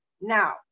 Now